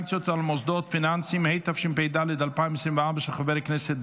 עונש מינימום למתעלל בקטין או חסר ישע),